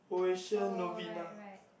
oh right right